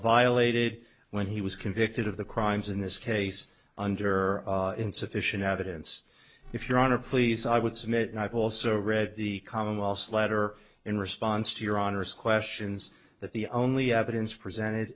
violated when he was convicted of the crimes in this case under insufficient evidence if your honor please i would submit and i've also read the commonwealth's letter in response to your honor's questions that the only evidence presented